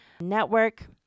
Network